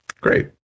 Great